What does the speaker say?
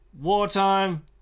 wartime